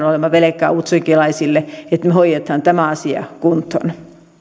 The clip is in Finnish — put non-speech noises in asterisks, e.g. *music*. *unintelligible* olemme velkaa utsjokelaisille että me hoidamme tämän asian kuntoon